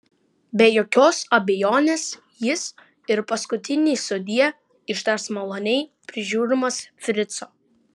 be jokios abejonės jis ir paskutinį sudie ištars maloniai prižiūrimas frico